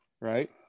Right